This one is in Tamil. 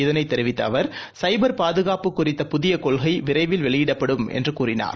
இதனைதெரிவித்தஅவர் சைபர் பாதுகாப்பு குறித்த புதியகொள்கைவிரைவில் வெளியிடப்படும் என்றுகூறினார்